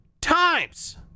TIMES